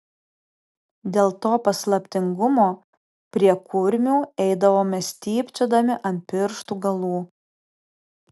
dėl to paslaptingumo prie kurmių eidavome stypčiodami ant pirštų galų